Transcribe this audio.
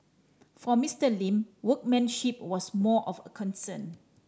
for Mister Lin workmanship was more of a concern